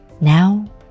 Now